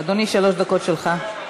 אדוני, שלוש דקות שלך.